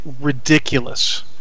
ridiculous